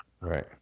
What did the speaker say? right